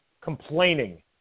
complaining